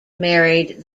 married